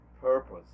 purpose